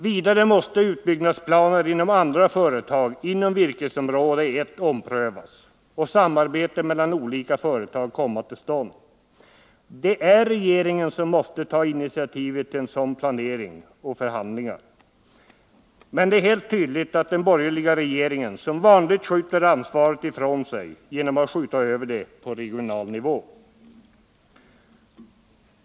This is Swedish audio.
Vidare måste utbyggnadsplaner inom andra företag inom virkesområde 1 omprövas och samarbete mellan olika företag komma till stånd. Det är regeringen som måste ta initiativet till en sådan planering och förhandlingar. Men det är helt tydligt att den borgerliga regeringen som vanligt skjuter ansvaret ifrån sig genom att skjuta över det på regional nivå.